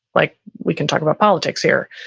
like we can talk about politics here,